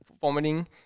vomiting